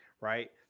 right